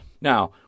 Now